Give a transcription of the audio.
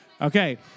Okay